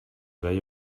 veia